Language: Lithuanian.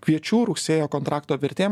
kviečių rugsėjo kontrakto vertė